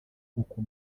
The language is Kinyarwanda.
nk’uko